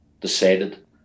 decided